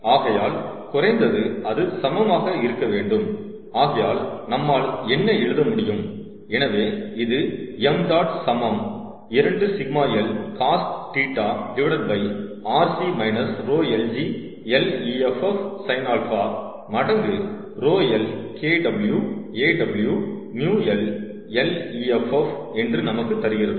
ஆகையால் குறைந்தது அது சமமாக இருக்க வேண்டும் ஆகையால் நம்மால் என்ன எழுத முடியும் எனவே இது 𝑚̇ சமம் 2 𝜎l cos θ rc ρl g Leff sin α மடங்கு ρl Kw Aw μl Leff என்று நமக்கு தருகிறது